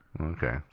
Okay